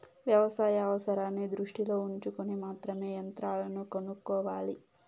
వ్యవసాయ అవసరాన్ని దృష్టిలో ఉంచుకొని మాత్రమే యంత్రాలను కొనుక్కోవాలి